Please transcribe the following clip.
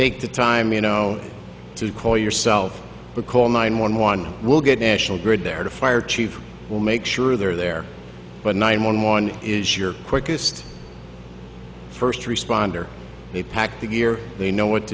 take the time you know to call yourself but call nine one one we'll get national grid there to fire chief will make sure they're there but nine one one is your quickest first responder they packed the gear they know what